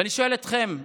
ואני שואל אתכם,